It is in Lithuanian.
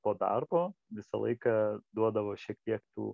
po darbo visą laiką duodavo šiek tiek tų